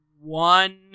one